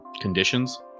conditions